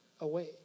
away